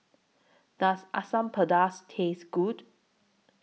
Does Asam Pedas Taste Good